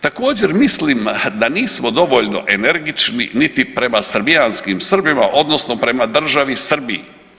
Također mislim da nismo dovoljno energični niti prema srbijanskim Srbima odnosno prema državi Srbiji.